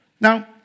Now